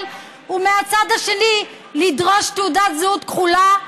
ומהצד השני לדרוש תעודת זהות כחולה וזכויות,